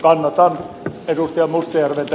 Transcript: mustajärven tekemää pykälämuutosta